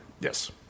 Yes